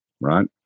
right